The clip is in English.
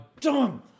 dumb